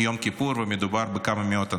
יום כיפור, ומדובר בכמה מאות אנשים.